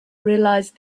realise